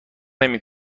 نمی